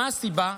מה הסיבה?